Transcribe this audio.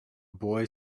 boy